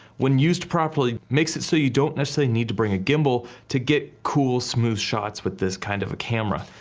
when used properly makes it so you don't necessarily need to bring a gimbal to get cool smooth shots with this kind of a camera.